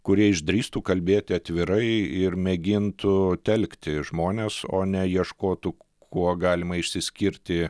kurie išdrįstų kalbėti atvirai ir mėgintų telkti žmones o ne ieškotų kuo galima išsiskirti